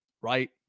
right